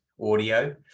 audio